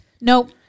Nope